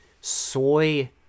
soy